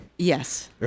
Yes